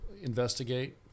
investigate